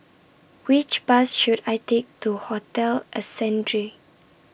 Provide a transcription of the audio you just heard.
Which Bus should I Take to Hotel Ascendere